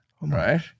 right